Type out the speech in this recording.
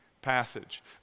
Passage